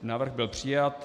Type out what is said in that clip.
Návrh byl přijat.